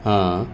ہاں